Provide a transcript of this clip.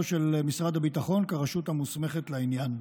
של משרד הביטחון כרשות המוסמכת לעניין.